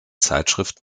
zeitschrift